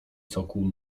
cokół